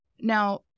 Now